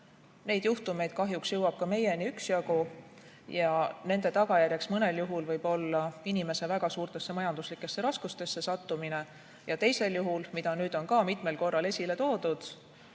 jõuab kahjuks ka meieni üksjagu. Nende tagajärjeks võib mõnel juhul olla inimese väga suurtesse majanduslikesse raskustesse sattumine. Ja teisel juhul, mida nüüd on ka mitmel korral esile toodud,